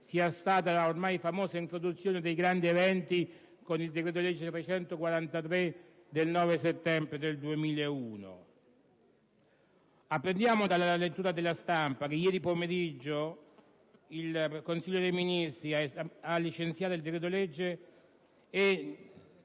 sia stata la ormai famosa introduzione dei grandi eventi con il decreto-legge 7 settembre 2001, n. 343. Apprendiamo dalla lettura della stampa che ieri pomeriggio il Consiglio dei Ministri ha licenziato il decreto-legge e